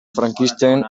frankisten